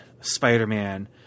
Spider-Man